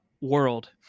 world